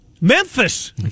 Memphis